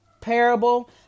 parable